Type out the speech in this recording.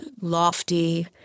lofty